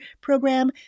program